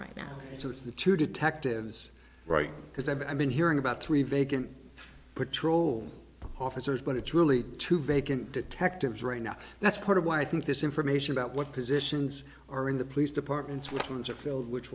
the two detectives right because i've been hearing about three vacant patrol officers but it's really two vacant detectives right now that's part of why i think this information about what positions are in the police departments which ones are filled which